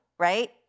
right